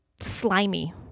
slimy